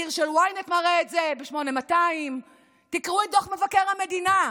תחקיר של ynet מראה את זה לגבי 8200. תקראו את דוח מבקר המדינה.